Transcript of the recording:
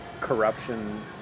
corruption